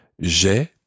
J'ai